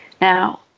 Now